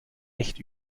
echt